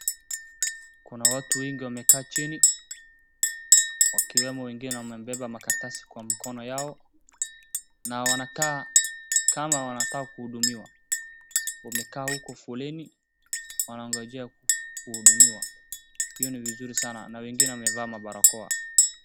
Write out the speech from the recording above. Kuna watu wengi wamekaa chini wakiwemo wengine wamebeba makaratasi kwa mikono yao na wanakaa kama wanawaka kuhudumiwa. Wamekaa huku foleni wanangojea kuhudumiwa. Hiyo ni vizuri sana na wenggine wamevaa mabarakoa.